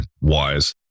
wise